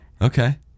Okay